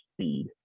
speed